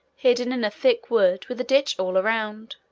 hidden in a thick wood, with a ditch all round,